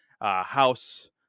house